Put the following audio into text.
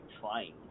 trying